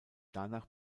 danach